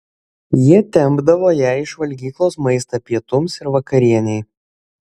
jie tempdavo jai iš valgyklos maistą pietums ir vakarienei